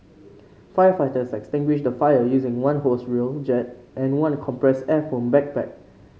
firefighters extinguished the fire using one hose reel jet and one compressed air foam backpack